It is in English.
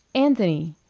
anthony,